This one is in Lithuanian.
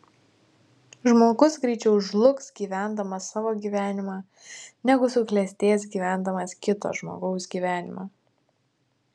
žmogus greičiau žlugs gyvendamas savo gyvenimą negu suklestės gyvendamas kito žmogaus gyvenimą